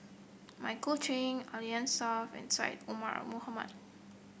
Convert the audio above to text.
Michael Chiang Alfian Sa'at and Syed Omar Mohamed